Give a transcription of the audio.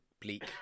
bleak